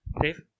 Dave